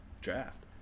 draft